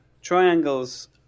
triangles